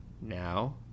Now